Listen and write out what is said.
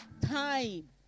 time